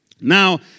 Now